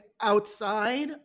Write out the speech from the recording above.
outside